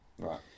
Right